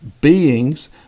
Beings